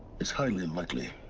it's highly unlikely.